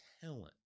talent